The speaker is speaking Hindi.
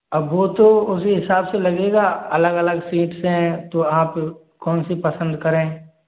अब वो तो उसी हिसाब से लगेगा अलग अलग सींट्स हैं तो आप कौनसी पसंद करें